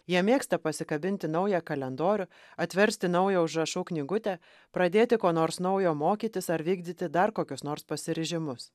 jie mėgsta pasikabinti naują kalendorių atversti naują užrašų knygutę pradėti ko nors naujo mokytis ar vykdyti dar kokius nors pasiryžimus